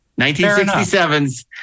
1967s